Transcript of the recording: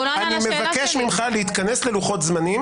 אני מבקש ממך להתכנס ללוחות זמנים,